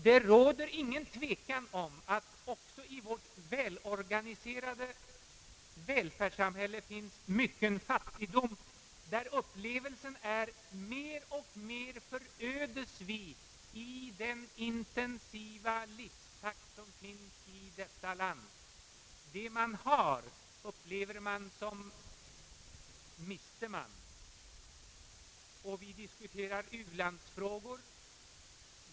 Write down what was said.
Det råder ingen tvekan om att det även i vårt organiserade välfärdssamhälle finns mycken fattigdom där upplevelsen är: Mer och mer förödas vi i den intensiva livstakt som råder i detta land. Det man har upplever man som miste man. Vi diskuterar u-landsfrågor.